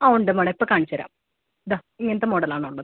ആ ഉണ്ട് മാഡം ഇപ്പോൾ കാണിച്ച് തരാം ദാ ഇങ്ങനത്ത മോഡലാണുള്ളത്